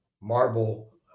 marble